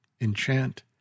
enchant